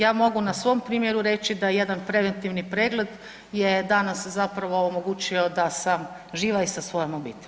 Ja mogu na svom primjeru reći da jedan preventivni pregled je danas zapravo omogućio da sam živa i sa svojom obitelji.